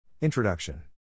Introduction